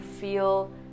feel